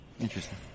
Interesting